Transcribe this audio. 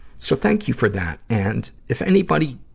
so, thank you for that. and, if anybody